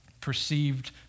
perceived